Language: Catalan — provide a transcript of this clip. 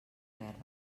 guerra